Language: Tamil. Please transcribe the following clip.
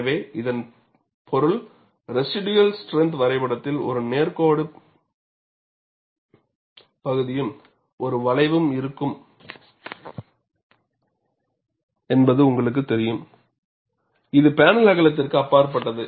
எனவே இதன் பொருள்ரெஷிடுயல் ஸ்ட்ரென்த் வரைபடத்தில் ஒரு நேர் கோடு பகுதியும் ஒரு வளைவும் இருக்கும் என்பது உங்களுக்கு தெரியும் இது பேனல் அகலத்திற்கு அப்பாற்பட்டது